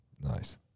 nice